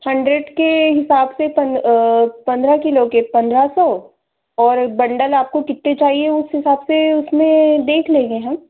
hundred के हिसाब से पंद्रह पंद्रह किलो के पंद्रह सौ और बंडल आपको कितने चाहिए उस हिसाब से उसमें देख लेंगे हम